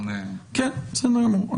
בסדר גמור.